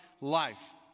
life